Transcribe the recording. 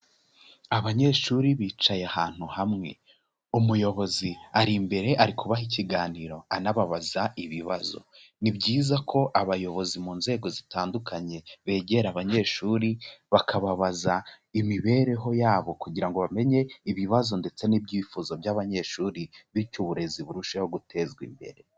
Abanyeshuri bicaye ahantu hamwe, umuyobozi ari imbere ari kubaha ikiganiro anababaza ibibazo, ni byiza ko abayobozi mu nzego zitandukanye begera abanyeshuri bakababaza imibereho yabo kugira ngo bamenye ibibazo ndetse n'ibyifuzo by'abanyeshuri bityo uburezi burusheho gutezwa imbere.